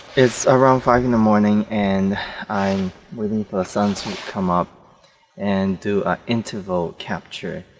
its around five in the morning and i am waiting for the sun to come up and do a interval capture